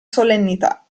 solennità